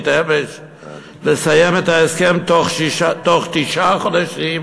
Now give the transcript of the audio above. אמש הוא לסיים את ההסכם תוך תשעה חודשים,